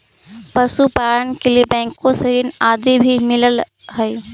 पशुपालन के लिए बैंकों से ऋण आदि भी मिलअ हई